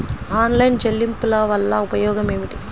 Online చెల్లింపుల వల్ల ఉపయోగమేమిటీ?